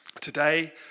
Today